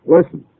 Listen